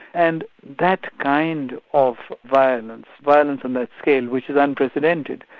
and that kind of violence, violence on that scale which is unprecedented,